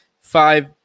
five